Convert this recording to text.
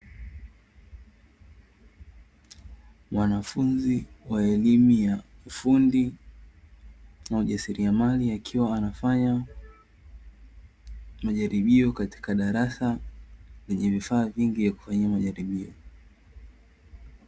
Mwanafunzi wa elimu ya ufundi na ujasiriamali akiwa anafanya majaribio katika darasa lenye vifaa vingi ya kufanyia majaribio.